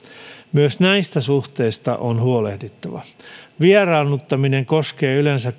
myös näistä suhteista on huolehdittava vieraannuttaminen koskee yleensä